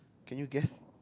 can you guess